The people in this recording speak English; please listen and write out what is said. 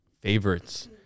Favorites